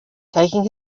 taking